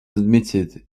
admitted